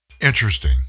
Interesting